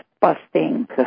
busting